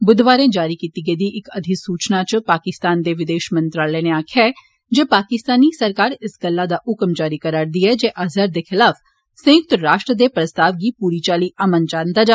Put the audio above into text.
बुधवारें जारी कीती गेदी इक अधिसूचना च पाकिस्तान दे विदेश मंत्रालय नै आखेआ ऐ जे पाकिस्तानी सरकार इस्स गल्लै दा हुक्म जारी करा'रदी ऐ जे अज़हर दे खलाफ संयुक्त राष्ट्र दे प्रस्ताव गी पूरी चाल्ली अमल च आंदा जा